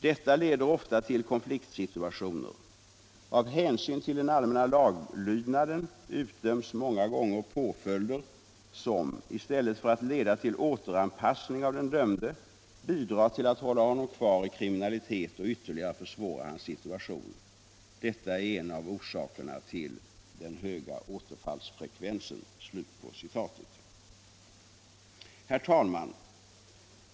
Detta leder ofta till konfliktsituationer. Av hänsyn till den allmänna laglydnaden utdöms många gånger påföljder som, i stället för att leda till återanpassning av den dömde, bidrar till att hålla honom kvar i kriminalitet och ytterligare försvåra hans situation. Detta är en av orsakerna till den höga återfallsfrekvensen.” Herr talman!